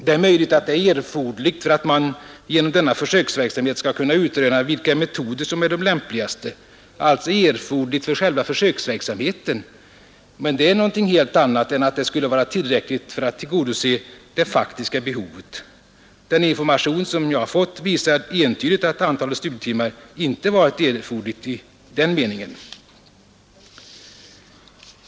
Det är möjligt att detta är erforderligt för att man genom denna försöksverksamhet skall kunna utröna vilka metoder som är de lämpligaste — alltså erforderligt för själva försöksverksamheten — men det är något helt annat än att det skulle vara tillräckligt för att tillgodose det faktiska behovet. Den information jag fått visar entydigt att antalet studietimmar inte varit erforderligt i denna mening.